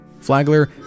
Flagler